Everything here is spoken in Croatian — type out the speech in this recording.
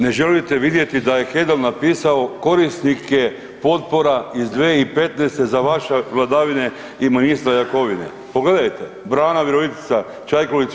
Ne želite vidjeti da je Hedel napisao korisnike potpora iz 2015.za vaše vladavine i ministra Jakovine, pogledajte, brana Virovitica,